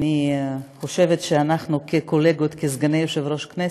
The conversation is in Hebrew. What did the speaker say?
אני חושבת שאנחנו, כקולגות, כסגני יושב-ראש הכנסת,